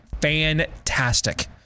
fantastic